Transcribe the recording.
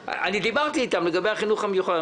דיברתי איתם לגבי החינוך המיוחד.